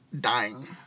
dying